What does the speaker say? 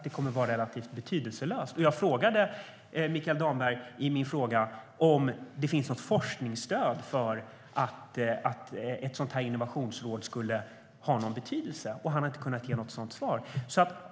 Det kommer att vara relativt betydelselöst. Jag frågade Mikael Damberg i min interpellation om det finns något forskningsstöd för att ett sådant här innovationsråd skulle ha någon betydelse. Han har inte kunnat ge något svar på det.